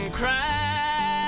cry